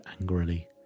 angrily